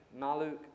Maluk